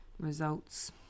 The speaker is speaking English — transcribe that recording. Results